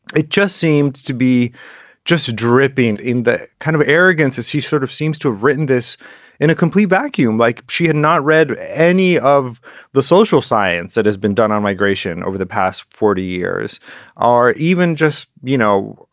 it just seemed to be just dripping in the kind of arrogance as he sort of seems to have written this in a complete vacuum, like she had not read any of the social science that has been done on migration over the past forty years or even just, you know,